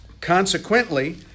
Consequently